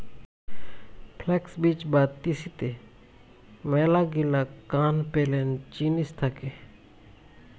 flux বীজ বা তিসিতে মেলাগিলা কান পেলেন জিনিস থাকে